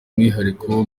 umwihariko